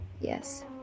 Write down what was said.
Yes